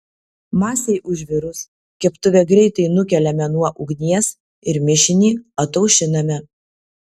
masei užvirus keptuvę greitai nukeliame nuo ugnies ir mišinį ataušiname